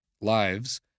lives